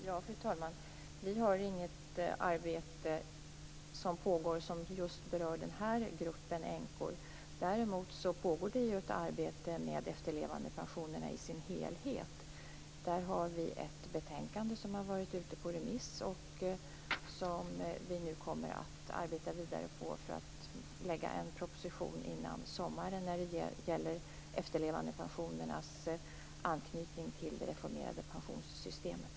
Fru talman! Vi har inget pågående arbete som just berör den här gruppen änkor. Däremot pågår ett arbete med efterlevandepensionerna som helhet. Där har vi ett betänkande som varit ute på remiss och som vi nu kommer att arbeta vidare på för att före sommaren lägga fram en proposition när det gäller efterlevandepensionernas anknytning till det reformerade pensionssystemet.